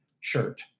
shirt